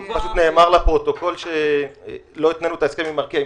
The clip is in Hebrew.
נאמר שלא התנינו את ההסכם עם ארקיע.